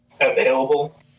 available